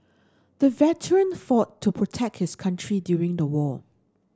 the veteran fought to protect his country during the war